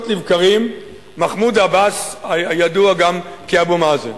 לבקרים מחמוד עבאס הידוע גם כאבו מאזן.